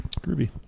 Groovy